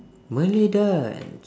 malay dance